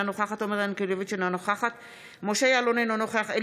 אינה נוכחת עומר ינקלביץ' אינה נוכחת משה יעלון,